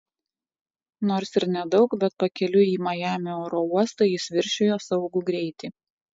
nors ir nedaug bet pakeliui į majamio oro uostą jis viršijo saugų greitį